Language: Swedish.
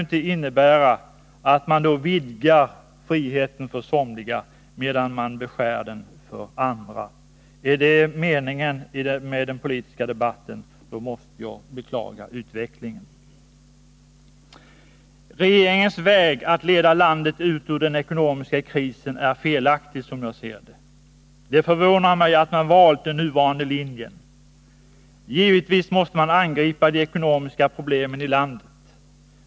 Det innebär att man vill vidga friheten för somliga medan man beskär den för andra. Är det meningen med den politiska debatten, då måste jag beklaga utvecklingen. Regeringens väg att leda landet ut ur den ekonomiska krisen är felaktig, som jag ser det. Det förvånar mig att man valt den nuvarande linjen. Givetvis måste man angripa de ekonomiska problemen i landet.